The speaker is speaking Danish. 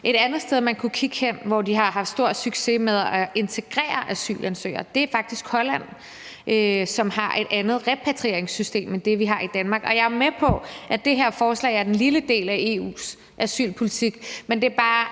Et andet sted, man kunne kigge hen, og som har haft stor succes med at integrere asylansøgere, er faktisk Holland, som har et andet repatrieringssystem end det, vi har i Danmark. Jeg er med på, at det her forslag er en lille del af EU's asylpolitik. Men altså, hvad